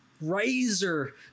Razor